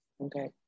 Okay